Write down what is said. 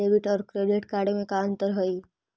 Debit और credit card में का अंतर हइ?